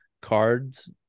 cards